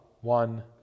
one